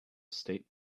state